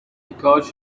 کاش